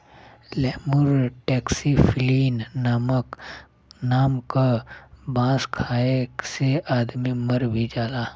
lemur taxiphyllin नाम क बांस खाये से आदमी मर भी जाला